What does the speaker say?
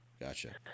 Gotcha